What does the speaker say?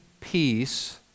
peace